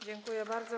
Dziękuję bardzo.